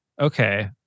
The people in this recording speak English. Okay